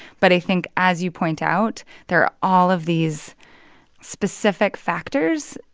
but i think, as you point out, there are all of these specific factors,